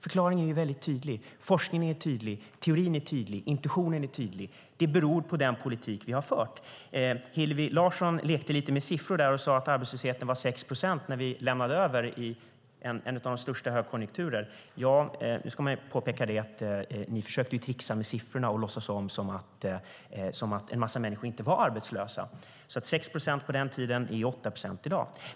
Förklaringen är mycket tydlig, forskningen är tydlig, teorin är tydlig, intuitionen är tydlig, nämligen att det beror på den politik som vi har fört. Hillevi Larsson lekte lite grann med siffror och sade att arbetslösheten var 6 procent när ni lämnade över under en av de största högkonjunkturerna. Nu ska jag påpeka att ni försökte tricksa med siffrorna och låtsas som att en massa människor inte var arbetslösa. 6 procent på den tiden är 8 procent i dag.